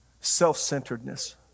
self-centeredness